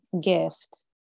gift